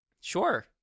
sure